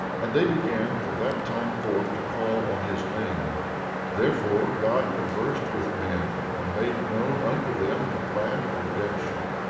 and they began from that time forth to call on his name therefore god conversed with men, and made known unto them the plan of redemption,